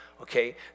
Okay